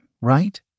right